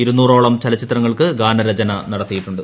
ഇരുന്നൂറോളം ചലച്ചിത്രങ്ങൾക്ക് ഗാനരചന നടത്തിയിട്ടുണ്ട്